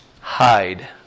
hide